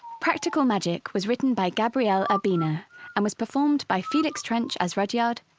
practical magic was written by gabriel urbina and was performed by felix trench as rudyard,